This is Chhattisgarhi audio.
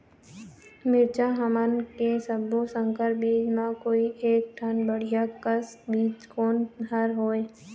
मिरचा हमन के सब्बो संकर बीज म कोई एक ठन बढ़िया कस बीज कोन हर होए?